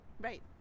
right